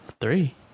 three